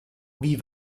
wie